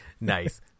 Nice